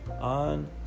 on